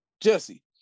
Jesse